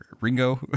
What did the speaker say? Ringo